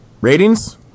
ratings